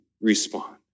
respond